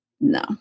No